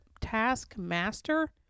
Taskmaster